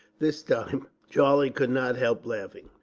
this time charlie could not help laughing.